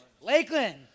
Lakeland